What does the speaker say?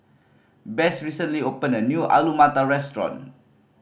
Besse recently opened a new Alu Matar Restaurant